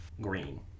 green